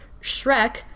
Shrek